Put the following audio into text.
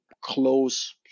close